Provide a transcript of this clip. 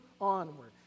onward